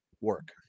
work